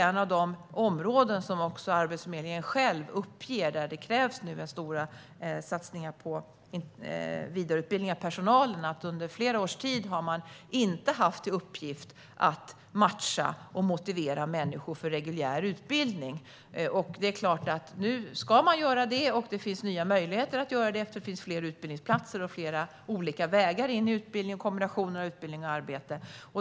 Ett av de områden som Arbetsförmedlingen själv uppger kräver stora satsningar på vidareutbildning av personalen. Under flera års tid har man inte haft i uppgift att matcha och motivera människor för reguljär utbildning. Nu ska man göra det, och det finns nya möjligheter att göra det eftersom det finns fler utbildningsplatser och fler vägar in i arbete och kombinationer av utbildning och arbete.